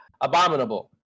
Abominable